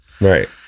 right